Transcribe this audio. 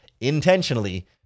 intentionally